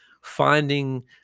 finding